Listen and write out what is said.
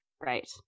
Right